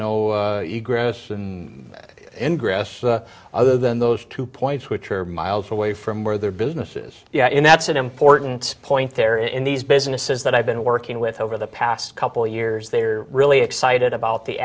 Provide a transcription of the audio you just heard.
no grass and in grass other than those two points which are miles away from where their businesses yeah and that's an important point there in these businesses that i've been working with over the past couple years they're really excited about the